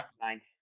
nine